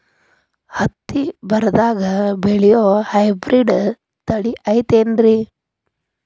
ಹತ್ತಿ ಬರದಾಗ ಬೆಳೆಯೋ ಹೈಬ್ರಿಡ್ ತಳಿ ಐತಿ ಏನ್ರಿ?